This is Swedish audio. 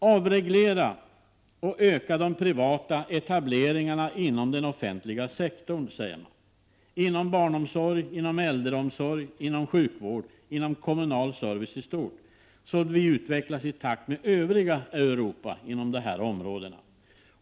Avreglera och öka de privata etableringarna inom den offentliga sektorn, säger man — det gäller barnomsorgen, äldreomsorgen, sjukvården och den kommunala servicen i stort — så att vi utvecklas i takt med övriga Europa inom de här områdena.